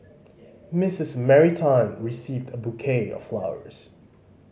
Missus Mary Tan received a bouquet of flowers